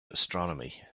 astronomy